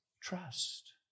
trust